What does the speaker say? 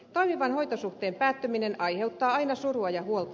toimivan hoitosuhteen päättyminen aiheuttaa aina surua ja huolta